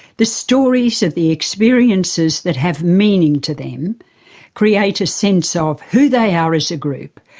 the stories of the experiences that have meaning to them create a sense of who they are as a group,